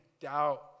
doubt